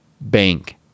bank